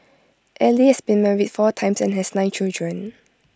Ali has been married four times and has nine children